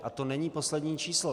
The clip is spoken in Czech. A to není poslední číslo.